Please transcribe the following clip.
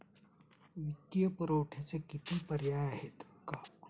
वित्तीय पुरवठ्याचे किती पर्याय आहेत का?